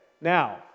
now